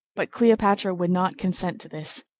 but cleopatra would not consent to this.